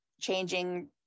changing